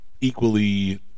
equally